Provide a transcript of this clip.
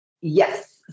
Yes